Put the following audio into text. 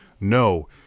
No